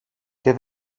και